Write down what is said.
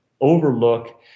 overlook